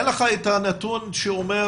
יש לך את הנתון שאומר